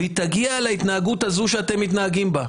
והיא תגיע על ההתנהגות הזו שאתם מתנהגים בה.